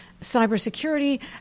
cybersecurity